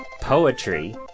poetry